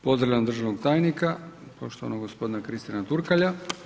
Pozdravljam državnog tajnika, poštovanog gospodina Kristiana Turkalja.